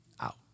out